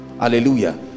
Hallelujah